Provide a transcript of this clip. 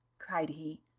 cried he.